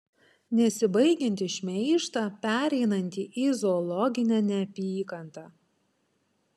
nesibaigiantį šmeižtą pereinantį į zoologinę neapykantą